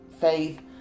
Faith